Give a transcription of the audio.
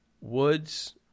Woods